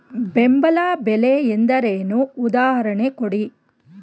ಬೆಂಬಲ ಬೆಲೆ ಎಂದರೇನು, ಉದಾಹರಣೆ ಕೊಡಿ?